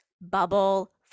bubble